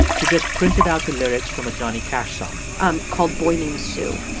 she just printed out the lyrics from a johnny cash song um called boy named sue.